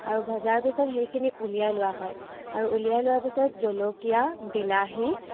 আৰু ভজাৰ পিছত সেইখিনি উলিয়াই লোৱা হয় আৰু উলিয়াই লোৱাৰ পিছত জলকীয়া বিলাহী